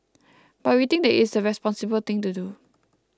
but we think it is the responsible thing to do